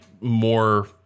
more